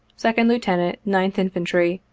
second lieutenant, ninth infantry,